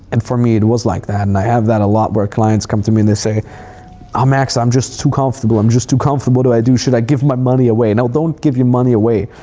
and for me, it was like that. and i have that a lot where clients come to me and they say, oh, max, i'm just too comfortable, i'm just too comfortable. what do i do? should i give my money away? no, don't give your money away.